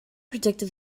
predicted